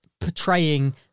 portraying